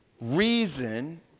reason